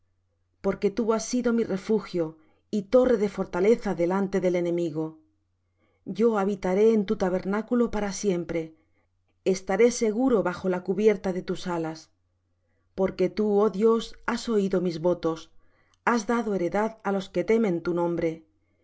porque tú has sido mi refugio y torre de fortaleza delante del enemigo yo habitaré en tu tabernáculo para siempre estaré seguro bajo la cubierta de tus alas porque tú oh dios has oído mis votos has dado heredad á los que temen tu nombre